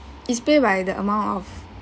is pay by the amount of